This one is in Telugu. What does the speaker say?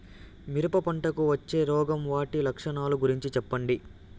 మిరప పంటకు వచ్చే రోగం వాటి లక్షణాలు గురించి చెప్పండి?